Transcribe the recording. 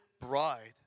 bride